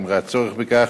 אם ראה צורך בכך,